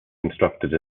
constructed